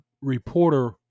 reporter